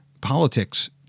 politics